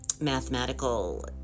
mathematical